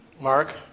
Mark